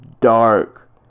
dark